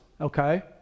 okay